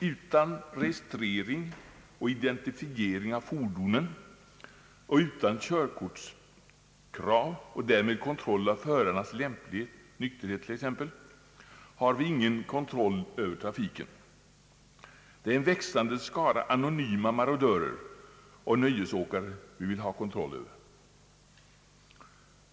Utan registrering och identifiering av fordonen och utan körkortskrav och därmed kontroll av förarnas lämplighet — nykterhet t.ex. — har vi ingen kontroll över trafiken. Det är en växande skara av anonyma marodörer och nöjesåkare vi vill ha kontroll över.